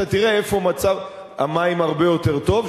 אתה תראה איפה מצב המים הרבה יותר טוב,